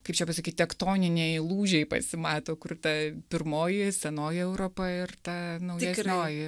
kaip čia pasakyt tektoniniai lūžiai pasimato kur ta pirmoji senoji europa ir ta naujesnioji